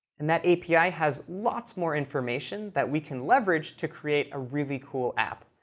and that api has lots more information that we can leverage to create a really cool app.